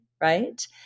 right